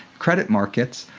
credit markets,